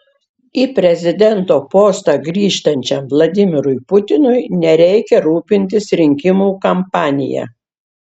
į prezidento postą grįžtančiam vladimirui putinui nereikia rūpintis rinkimų kampanija